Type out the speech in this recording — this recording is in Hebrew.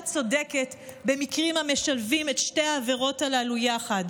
צודקת במקרים המשלבים את שתי העבירות הללו יחד,